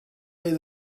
made